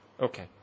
Okay